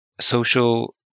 social